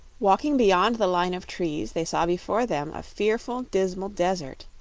walking beyond the line of trees they saw before them a fearful, dismal desert,